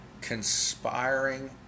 Conspiring